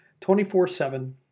24-7